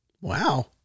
Wow